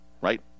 right